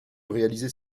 réaliser